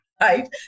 Right